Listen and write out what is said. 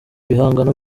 ibihangano